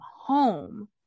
home